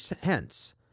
hence